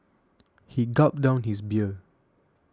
he gulped down his beer